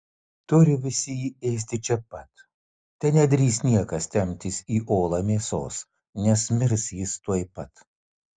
turi visi jį ėsti čia pat te nedrįs niekas temptis į olą mėsos nes mirs jis tuoj pat